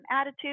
attitude